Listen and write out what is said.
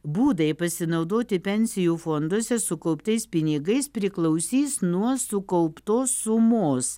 būdai pasinaudoti pensijų fonduose sukauptais pinigais priklausys nuo sukauptos sumos